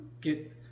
get